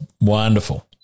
Wonderful